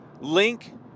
link